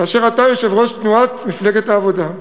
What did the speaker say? כאשר אתה יושב-ראש מפלגת העבודה,